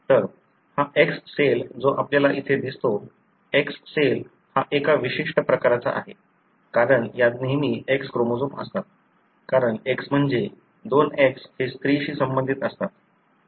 तर हा X cell जो आपल्याला इथे दिसतो X सेल हा एका विशिष्ट प्रकारचा आहे कारण यात नेहमी X क्रोमोझोम असतात कारण X म्हणजे दोन X हे स्त्रीशी संबंधित असतात